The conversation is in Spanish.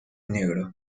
negro